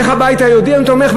איך הבית היהודי תומך,